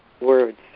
words